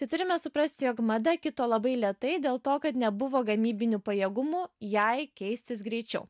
tai turime suprasti jog mada kito labai lėtai dėl to kad nebuvo gamybinių pajėgumų jai keistis greičiau